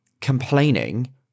complaining